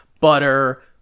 butter